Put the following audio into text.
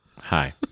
Hi